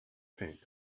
paint